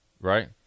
right